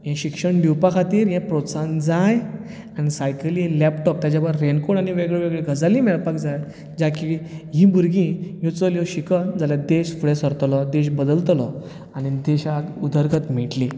हें शिक्षण दिवपा खातीर प्रोत्साहन जाय आनी सायकली लॅपटॉप आनी ताचे भायर रेनकोट आनी वेगळ्यो वेगळ्यो गजाली मेळपाक जाय ज्या की हीं भुरगीं ह्यो चलयो शिकन जाल्यार देश फुडें सरतलो देश बदलतलो आनी देशाक उदरगत मेळटली